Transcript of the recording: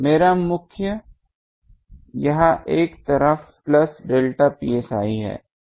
मेरा मुख्य यह एक तरफ प्लस डेल्टा psi है